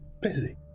Busy